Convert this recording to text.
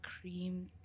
cream